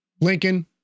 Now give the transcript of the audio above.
Lincoln